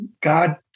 God